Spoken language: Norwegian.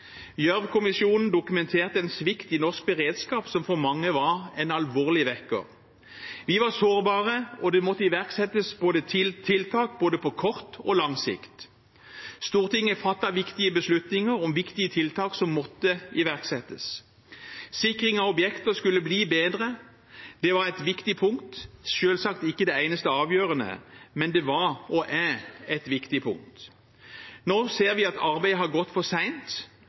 Gjørv-kommisjonen dokumenterte en svikt i norsk beredskap som for mange var en alvorlig vekker. Vi var sårbare, og det måtte iverksettes tiltak på både kort og lang sikt. Stortinget fattet viktige beslutninger om viktige tiltak som måtte iverksettes. Sikring av objekter skulle bli bedre. Det var et viktig punkt – selvsagt ikke det eneste avgjørende, men det var og er et viktig punkt. Nå ser vi at arbeidet har gått for seint,